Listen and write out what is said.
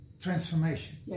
transformation